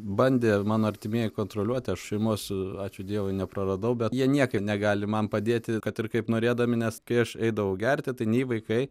bandė mano artimieji kontroliuoti aš šeimos ačiū dievui nepraradau bet jie niekaip negali man padėti kad ir kaip norėdami nes kai aš eidavau gerti tai nei vaikai